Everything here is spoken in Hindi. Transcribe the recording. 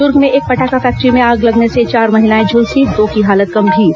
दुर्ग में एक पटाखा फैक्ट्री में आग लगने से चार महिलाएं झुलसी दो की हालत गंभीर